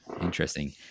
interesting